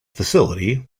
facility